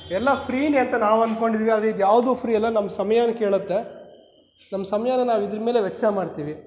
ಎಲ್ಲ ಫ್ರೀನೇ ಅಂತ ನಾವು ಅಂದುಕೊಂಡಿದೀವಿ ಆದರೆ ಇದ್ಯಾವುದೂ ಫ್ರೀ ಅಲ್ಲ ನಮ್ಮ ಸಮಯಾನ ಕೇಳುತ್ತೆ ನಮ್ಮ ಸಮಯಾನ ನಾವು ಇದ್ರ ಮೇಲೆ ವೆಚ್ಚ ಮಾಡ್ತೀವಿ